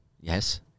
Yes